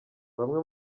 bamwe